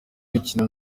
mikino